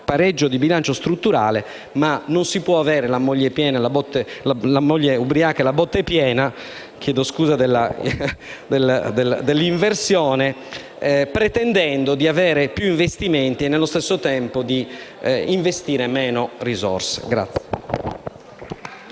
pareggio di bilancio strutturale), ma non si può avere la moglie ubriaca e la botte piena, pretendendo di avere più investimenti e nello stesso tempo di investire meno risorse.